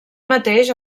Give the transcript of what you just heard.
mateix